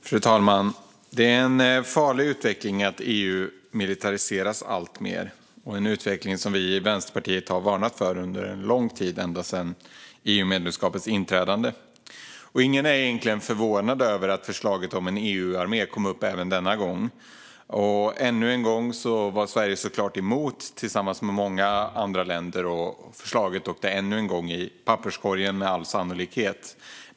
Fru talman! Att EU militariseras alltmer är en farlig utveckling som vi i Vänsterpartiet har varnat för under lång tid, ända sedan EU-inträdet. Ingen är egentligen förvånad över att förslaget om en EU-armé kom upp även denna gång. Ännu en gång var Sverige såklart emot det tillsammans med många andra länder, och förslaget åkte med all sannolikhet ännu en gång i papperskorgen.